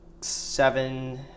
seven